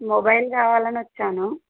mobile కావాలని వచ్చాను